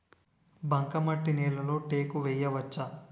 బంకమట్టి నేలలో టేకు వేయవచ్చా?